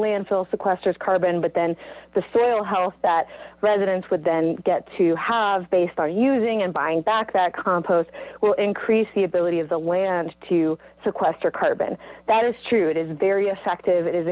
landfill sequesters carbon but then the frail halth that residents would then get to have based on using and buying back that compost will increase the ability of the land to sequester carbon that is true it is very effective i